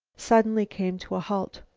suddenly came to a halt.